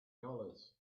dollars